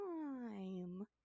time